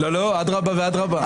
לא, אדרבה ואדרבה.